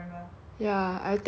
after my korea trip